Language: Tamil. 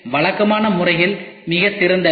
எனவே வழக்கமான முறைகள் மிகச் சிறந்தவை